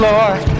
Lord